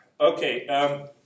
Okay